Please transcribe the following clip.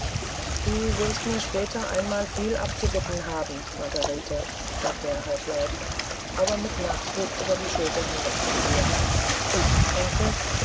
du wirst mir später einmal viel abzubitten haben margarete sagte er halblaut aber mit nachdruck über die schulter hinweg zu ihr ich onkel